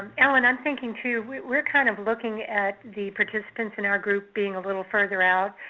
um ellen, i'm thinking, too, we're kind of looking at the participants in our group being a little further out,